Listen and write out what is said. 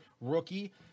rookie